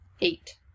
Eight